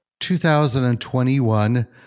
2021